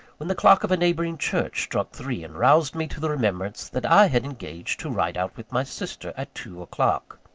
when the clock of a neighbouring church struck three, and roused me to the remembrance that i had engaged to ride out with my sister at two o'clock.